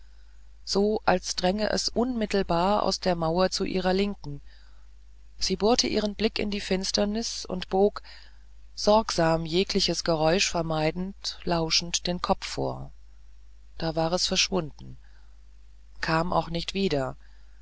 so als dränge es unmittelbar aus der mauer zu ihrer linken sie bohrte ihre blicke in die finsternis und bog sorgsam jegliches geräusch vermeidend lauschend den kopf vor da war es verschwunden kam auch nicht mehr wieder